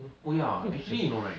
oh ya actually you know right